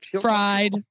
Fried